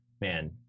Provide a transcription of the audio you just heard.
man